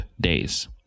days